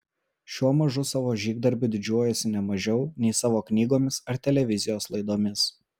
šiuo mažu savo žygdarbiu didžiuojuosi ne mažiau nei savo knygomis ar televizijos laidomis